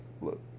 Look